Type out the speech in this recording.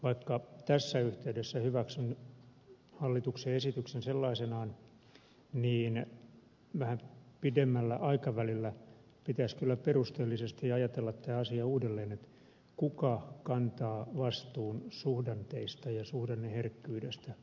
vaikka tässä yhteydessä hyväksyn hallituksen esityksen sellaisenaan niin vähän pidemmällä aikavälillä pitäisi kyllä perusteellisesti ajatella tämä asia uudelleen kuka kantaa vastuun suhdanteista ja suhdanneherkkyydestä